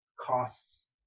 costs